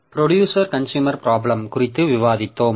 producer consumer problem குறித்து விவாதித்தோம்